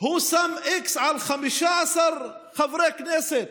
הוא שם איקס על 15 חברי כנסת,